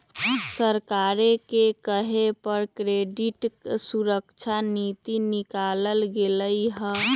सरकारे के कहे पर क्रेडिट सुरक्षा नीति निकालल गेलई ह